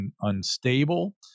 unstable